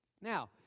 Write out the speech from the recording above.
Now